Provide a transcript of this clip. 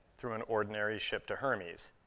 through an ordinary ship to hermes.